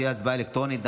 ההצבעה תהיה אלקטרונית.